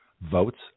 votes